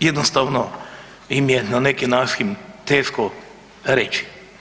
jednostavno im je na neki način teško reći.